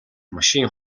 машин